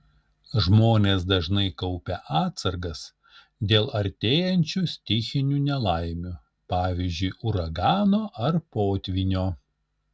žmonės dažnai kaupia atsargas dėl artėjančių stichinių nelaimių pavyzdžiui uragano ar potvynio